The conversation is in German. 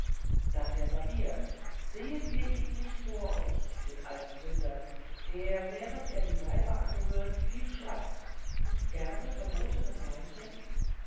dann der barbier sehet ihr ihn nicht vor euch den alten sünder der während er die seife anrührt viel schwatzt und gerne verbotenen wein trinkt